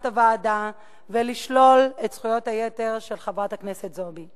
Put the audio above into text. הוועדה ולשלול את זכויות היתר של חברת הכנסת זועבי.